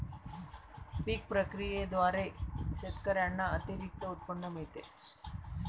पीक प्रक्रियेद्वारे शेतकऱ्यांना अतिरिक्त उत्पन्न मिळते